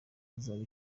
hazaba